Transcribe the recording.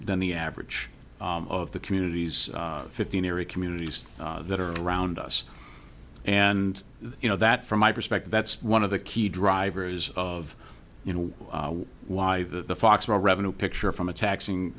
than the average of the communities of fifteen area communities that are around us and you know that from my perspective that's one of the key drivers of you know why the foxboro revenue picture from a taxing